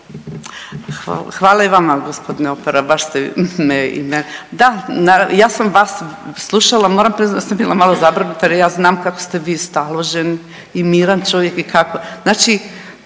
Hvala i vama gospodine Opara, baš ste me. Da, ja sam vas slušala. Moram priznati da sam bila malo zabrinuta jer ja znam kako ste vi staložen i miran čovjek i kako, znači